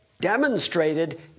demonstrated